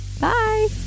Bye